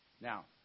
Now